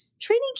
Training